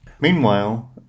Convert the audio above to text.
Meanwhile